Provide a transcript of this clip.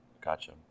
Gotcha